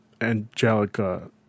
Angelica